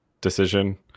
decision